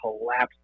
collapse